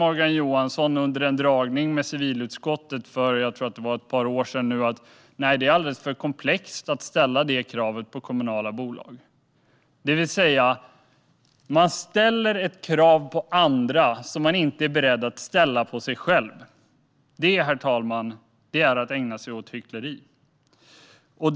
Morgan Johansson sa dock under en dragning med civilutskottet för ett par år sedan, tror jag att det var, att det är alldeles för komplext att ställa det kravet på kommunala bolag. Man ställer alltså ett krav på andra som man inte är beredd att ställa på sig själv. Det, herr talman, är att ägna sig åt hyckleri.